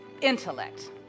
Intellect